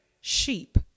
sheep